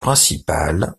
principal